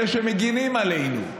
אלו שמגינים עלינו,